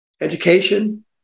education